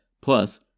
plus